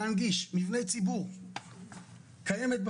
אני מבקשת ממך כרגע לכבד את כל הדוברים.